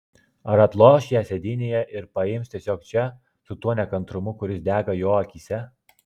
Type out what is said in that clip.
ar atloš ją sėdynėje ir paims tiesiog čia su tuo nekantrumu kuris dega jo akyse